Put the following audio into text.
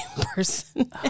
person